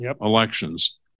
elections